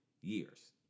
years